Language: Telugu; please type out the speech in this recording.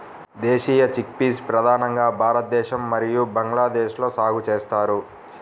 దేశీయ చిక్పీస్ ప్రధానంగా భారతదేశం మరియు బంగ్లాదేశ్లో సాగు చేస్తారు